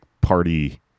party